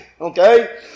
okay